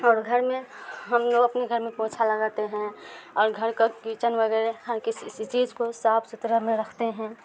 اور گھر میں ہم لوگ اپنے گھر میں پوچھا لگاتے ہیں اور گھر کا کچن وغیرہ ہر کسی چیز کو صاف ستھرا میں رکھتے ہیں